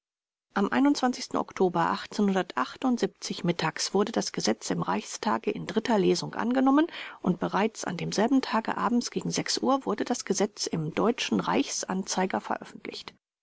am oktober mittags wurde das gesetz im reichstage in dritter lesung angenommen und bereits an demselben tage abends gegen uhr wurde das gesetz im deutschen reichsanzeiger veröffentlicht